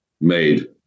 made